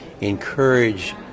encourage